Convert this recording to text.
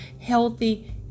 healthy